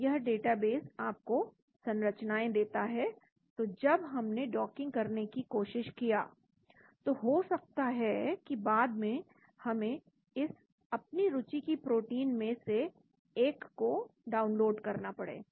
तो यह डेटाबेस आपको संरचनाएं देता है तो जब हमने डॉकिंग करने की कोशिश किया तो हो सकता है कि बाद में हमें इस अपनी रुचि की प्रोटीन में से एक को डाउनलोड करना पड़े